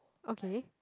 okay